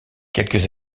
quelques